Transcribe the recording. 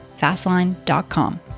FastLine.com